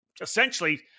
essentially